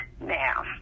now